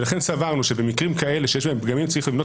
לכן סברנו שבמקרים כאלה שיש בהם פגמים צריך לבנות